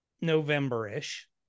November-ish